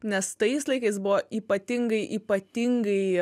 nes tais laikais buvo ypatingai ypatingai